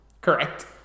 Correct